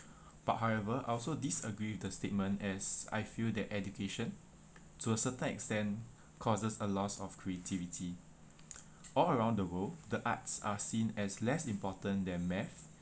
but however I also disagree with the statement as I feel that education to a certain extent causes a loss of creativity all around the world the arts are seen as less important than math